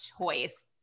choice